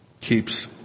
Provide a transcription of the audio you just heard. keeps